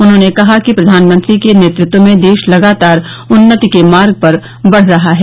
उन्होंने कहा कि प्रधानमंत्री के नेतृत्व में देश लगातार उन्नति के मार्ग पर बढ़ रहा है